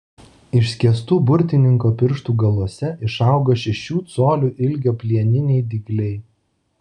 išskėstų burtininko pirštų galuose išaugo šešių colių ilgio plieniniai dygliai